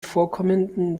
vorkommenden